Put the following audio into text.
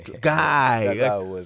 guy